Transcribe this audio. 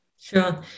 Sure